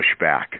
pushback